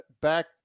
Back